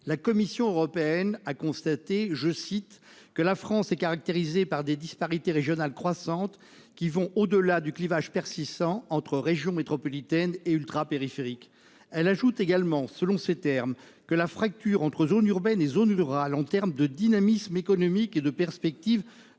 la Commission européenne a dressé ce constat :« La France est caractérisée par des disparités régionales croissantes, qui vont au-delà du clivage persistant entre régions métropolitaines et ultrapériphériques. » La Commission ajoute que « la fracture entre zones urbaines et zones rurales, en termes de dynamisme économique et de perspectives